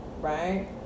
right